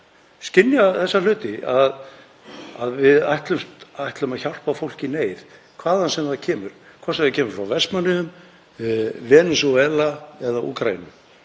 skynjað þessa hluti, að við ætlum að hjálpa fólki í neyð, hvaðan sem það kemur, hvort sem það kemur frá Vestmannaeyjum, Venesúela eða Úkraínu.